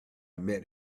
meet